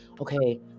okay